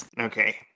okay